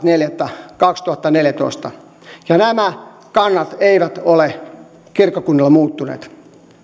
neljättä kaksituhattaneljätoista ja nämä kannat eivät ole kirkkokunnilla muuttuneet